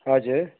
हजुर